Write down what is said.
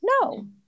No